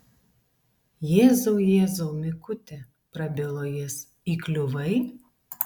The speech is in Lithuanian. jėzau jėzau mikuti prabilo jis įkliuvai